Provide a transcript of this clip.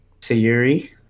Sayuri